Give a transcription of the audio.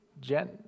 Jen